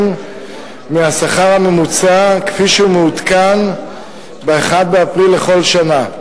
מהשכר הממוצע כפי שהוא מעודכן ב-1 באפריל בכל שנה.